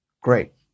great